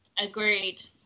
Agreed